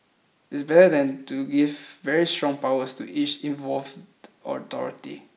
it's better than to give very strong powers to each involved authority